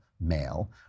male